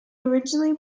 originally